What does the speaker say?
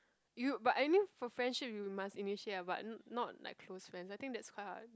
you but I knew for friendship you must initiate ah but not like close friend I think that's quite hard